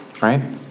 Right